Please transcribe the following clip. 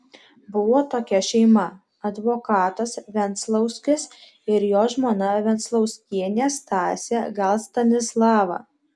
buvo tokia šeima advokatas venclauskis ir jo žmona venclauskienė stasė gal stanislava